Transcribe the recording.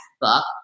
book